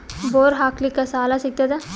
Bore ಹಾಕಲಿಕ್ಕ ಸಾಲ ಸಿಗತದ?